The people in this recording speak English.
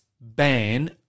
ban